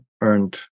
earned